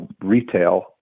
retail